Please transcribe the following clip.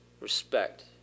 Respect